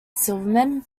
silverman